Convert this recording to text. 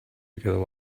together